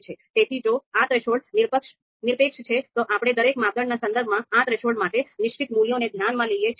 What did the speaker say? તેથી જો આ થ્રેશોલ્ડ નિરપેક્ષ છે તો આપણે દરેક માપદંડના સંદર્ભમાં આ થ્રેશોલ્ડ માટે નિશ્ચિત મૂલ્યોને ધ્યાનમાં લઈએ છીએ